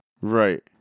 Right